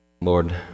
Lord